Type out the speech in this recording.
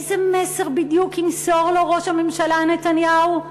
איזה מסר בדיוק ימסור לו ראש הממשלה נתניהו,